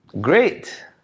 great